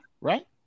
right